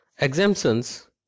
exemptions